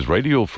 Radio